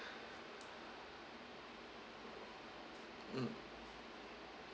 mm